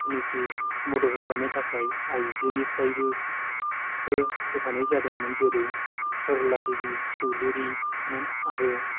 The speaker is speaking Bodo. जायनाखि मदद होफानो थाखाय आइजोनिफ्रायबो होफानाय जादोंमोन जेरै सरला देवि चौदुरिमोन आरो